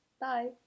Bye